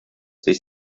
sich